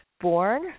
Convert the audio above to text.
born